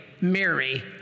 Mary